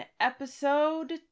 Episode